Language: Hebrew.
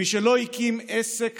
מי שלא הקים עסק